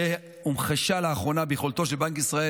שהומחשה לאחרונה ביכולתו של בנק ישראל